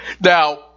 Now